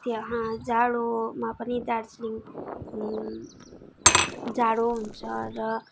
त्यहाँ जाडोमा पनि दार्जिलिङ जाडो हुन्छ र